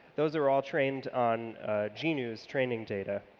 those are all trained on ginu's training data.